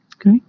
Okay